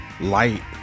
light